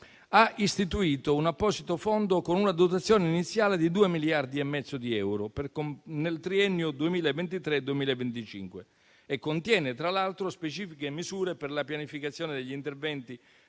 ha istituito un apposito fondo con una dotazione iniziale di 2,5 miliardi di euro per il triennio 2023-2025 e contiene, tra l'altro, specifiche misure per la pianificazione degli interventi